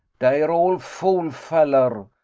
dey're all fool fallar,